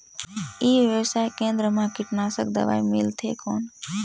ई व्यवसाय केंद्र मा कीटनाशक दवाई मिलथे कौन?